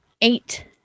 Eight